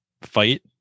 fight